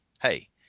hey –